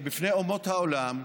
בפני אומות העולם,